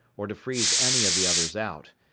or to freeze any of the others out,